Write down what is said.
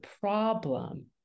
problem